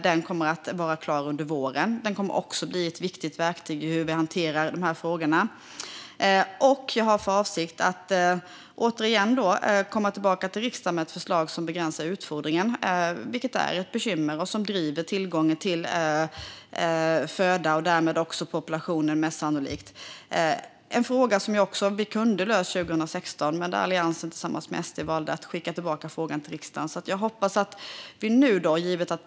Den kommer att bli klar under våren och blir ett viktigt verktyg för hur de här frågorna ska hanteras. Jag har för avsikt att komma tillbaka till riksdagen med ett förslag för att begränsa utfodringen. Den är ett bekymmer och driver på tillgången på föda och sannolikt populationen. Det är också en fråga som kunde ha lösts 2016, men Alliansen tillsammans med SD valde att skicka tillbaka frågan till regeringen. Jag hoppas att vi nu kan lösa det.